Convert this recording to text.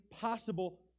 possible